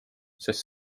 sest